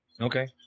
Okay